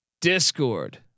discord